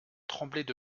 tremblaient